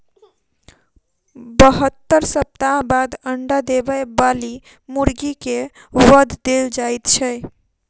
बहत्तर सप्ताह बाद अंडा देबय बाली मुर्गी के वध देल जाइत छै